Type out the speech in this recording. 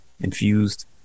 Infused